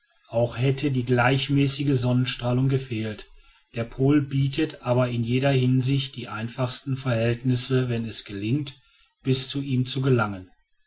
auch hätte die gleichmäßige sonnenstrahlung gefehlt der pol bietet aber in jeder hinsicht die einfachsten verhältnisse wenn es gelingt bis zu ihm zu gelangen